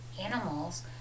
animals